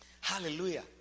Hallelujah